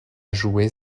jouer